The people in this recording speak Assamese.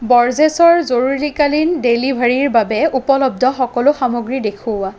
বৰ্জেছৰ জৰুৰীকালীন ডেলিভাৰীৰ বাবে উপলব্ধ সকলো সামগ্ৰী দেখুওৱা